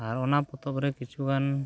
ᱟᱨ ᱚᱱᱟ ᱯᱚᱛᱚᱵᱽ ᱨᱮ ᱠᱤᱩᱪᱷᱜᱟᱱ